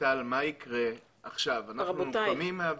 טל, אני אגיד לך מה יקרה אחרי סיום הוועדה.